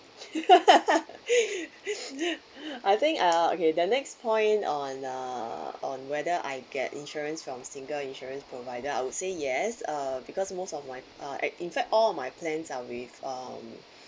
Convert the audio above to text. I I think uh okay the next point on uh on whether I get insurance from single insurance provider I would say yes uh because most of my uh in fact all my plans are with um